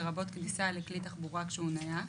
לרבות כניסה לכלי תחבורה כשהוא נייח,